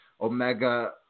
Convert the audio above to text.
Omega